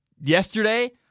Yesterday